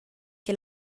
che